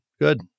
good